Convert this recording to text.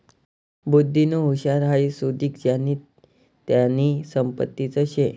बुध्दीनी हुशारी हाई सुदीक ज्यानी त्यानी संपत्तीच शे